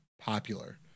popular